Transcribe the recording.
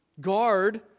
Guard